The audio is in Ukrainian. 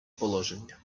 положення